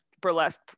burlesque